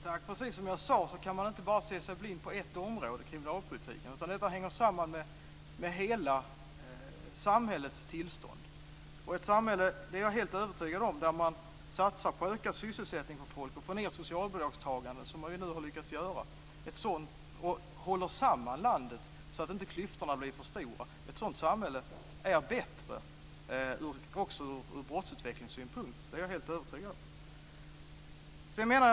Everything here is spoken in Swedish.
Fru talman! Precis som jag sade kan man inte bara se sig blind på ett område, kriminalpolitiken, utan detta hänger samman med hela samhällets tillstånd. Och jag är helt övertygad om att ett samhälle där man satsar på att öka sysselsättningen för människor och att minska antalet människor som är socialbidragstagare, som man nu har lyckats göra, och håller samman landet så att inte klyftorna blir för stora, är bättre också ur brottsutvecklingssynpunkt. Det är jag helt övertygad om.